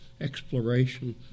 exploration